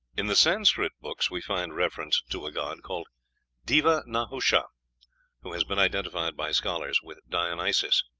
in the sanscrit books we find reference to a god called deva-nahusha, who has been identified by scholars with dionysos.